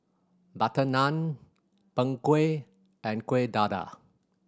butter naan Png Kueh and Kuih Dadar